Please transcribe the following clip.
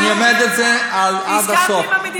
ואני עומד על זה עד הסוף.